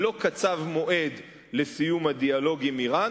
לא קצב מועד לסיום הדיאלוג עם אירן,